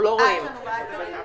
כתום בהיר זה קל בינוני,